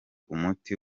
umuti